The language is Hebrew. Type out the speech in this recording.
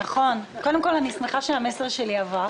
נורא נוח לקנות בסין כשהיבואן הוא חבר מרכז ליכוד,